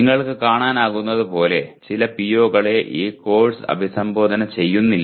നിങ്ങൾക്ക് കാണാനാകുന്നതുപോലെ ചില PO കളെ ഈ കോഴ്സ് അഭിസംബോധന ചെയ്യുന്നില്ല